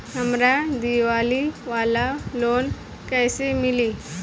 हमरा दीवाली वाला लोन कईसे मिली?